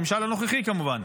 הממשל הנוכחי כמובן,